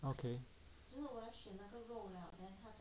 okay